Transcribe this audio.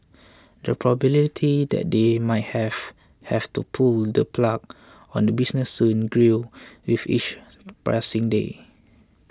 the probability that they might have have to pull the plug on the business soon grew with each passing day